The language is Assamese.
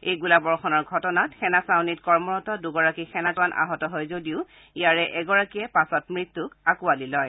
এই গোলাবৰ্ষণৰ ঘটনাত সেনা ছাউনীত কৰ্মৰত দুগৰাকী সেনা জোৱান আহত হয় যদিও ইয়াৰে এগৰাকীয়ে পাছত মৃত্যুক সাৰটি লয়